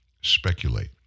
Speculate